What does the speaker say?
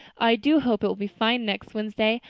i do hope it will be fine next wednesday.